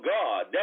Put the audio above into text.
God